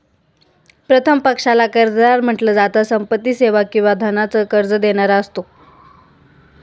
प्रथम पक्षाला कर्जदार म्हंटल जात, संपत्ती, सेवा किंवा धनाच कर्ज देणारा असतो